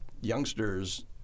youngsters